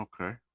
Okay